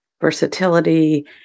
versatility